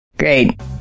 great